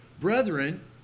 Brethren